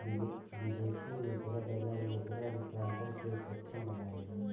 विदेशी मुद्रा बाजार मुद्रा रूपांतरण के सक्षम बनावेला